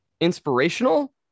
Inspirational